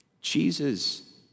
Jesus